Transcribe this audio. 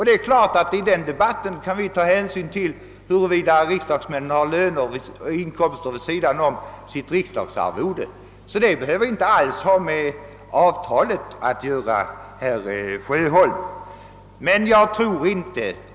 Det är klart att vi härvid kan ta hänsyn till huruvida riksdagsmännen har inkomster förutom riksdagsarvodet, så det behöver inte alls ha någonting att göra med avtalet, herr Sjöholm.